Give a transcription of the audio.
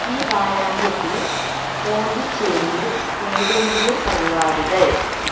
ഈ വാരാന്ത്യത്തിൽ പോണ്ടിച്ചേരിയിൽ ഏതെങ്കിലും പരിപാടികൾ